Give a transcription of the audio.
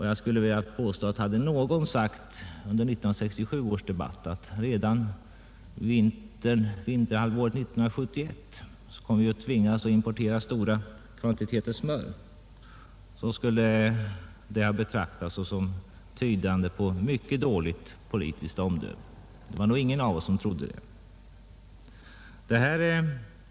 Jag skulle vilja påstå att hade någon sagt i 1967 års debatt att vi redan under vinterhalvåret 1971 skulle tvingas importera stora kvantiteter smör, så skulle uttalandet ha betraktats såsom tydande på mycket dåligt politiskt omdöme. Det var nog ingen av oss som trodde det.